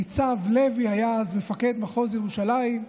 ניצב לוי היה אז מפקד מחוז ירושלים,